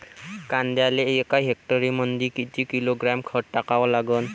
कांद्याले एका हेक्टरमंदी किती किलोग्रॅम खत टाकावं लागन?